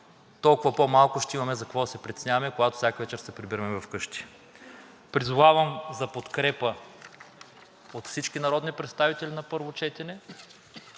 толкова по-малко ще имаме за какво да се притесняваме, когато всяка вечер се прибираме вкъщи. Призовавам за подкрепа от всички народни представители на първо четене